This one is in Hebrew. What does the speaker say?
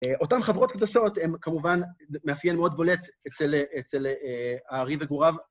אותן חברות קדושות, הן כמובן מאפיין מאוד בולט אצל הערי וגוריו.